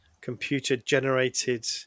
computer-generated